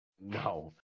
No